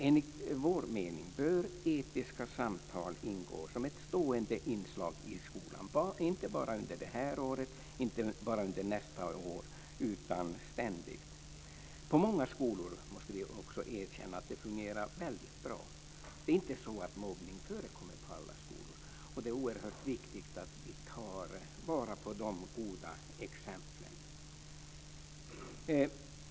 Enligt vår mening bör etiska samtal ingå som ett stående inslag i skolan, inte bara under det här året och nästa utan ständigt. På många skolor, måste vi också erkänna, fungerar det väldigt bra. Det är inte så att mobbning förekommer på alla skolor, och det är oerhört viktigt att vi tar vara på de goda exemplen.